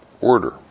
order